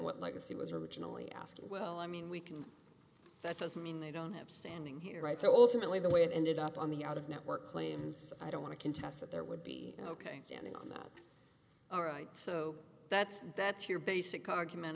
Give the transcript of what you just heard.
what legacy was originally asking well i mean we can that doesn't mean they don't have standing here right so ultimately the way it ended up on the out of network claims i don't want to contest that there would be ok standing on that all right so that that's your basic argument